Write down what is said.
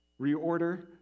reorder